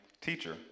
teacher